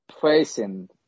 facing